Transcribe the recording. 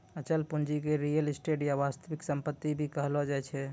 अचल पूंजी के रीयल एस्टेट या वास्तविक सम्पत्ति भी कहलो जाय छै